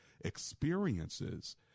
experiences